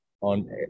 on